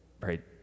right